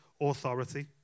authority